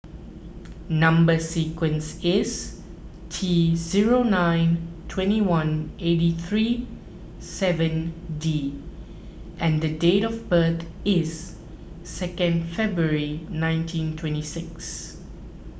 Number Sequence is T zero nine twenty one eighty three seven D and date of birth is second February nineteen twenty six